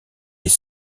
les